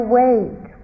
wait